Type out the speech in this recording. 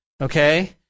Okay